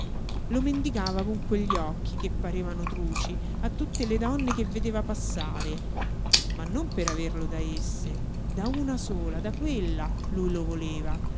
poco lo mendicava con quegli occhi che parevano truci a tutte le donne che vedeva passare ma non per averlo da esse da una sola da quella lui lo voleva